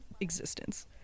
existence